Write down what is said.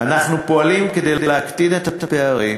אנחנו פועלים כדי להקטין את הפערים